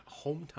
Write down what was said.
hometown